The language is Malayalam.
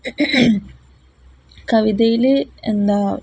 കവിതയില് എന്താണ്